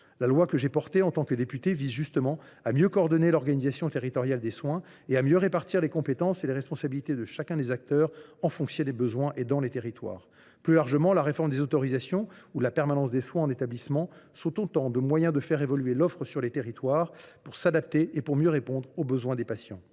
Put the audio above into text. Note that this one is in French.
La loi que j’ai portée, en tant que député, vise justement à mieux coordonner l’organisation territoriale des soins, et à mieux répartir les compétences et les responsabilités de chacun des acteurs, en fonction des besoins, dans les territoires. Plus largement, la réforme des autorisations ou de la permanence des soins en établissement constitue un moyen de faire évoluer l’offre sur le territoire, pour s’adapter et mieux répondre aux besoins des patients.